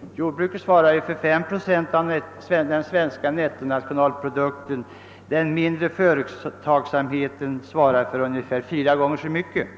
men jordbruket svarar dock bara för 5 procent av den svenska nettonationalprodukten, medan den mindre företagsamheten svarar för fyra gånger så mycket.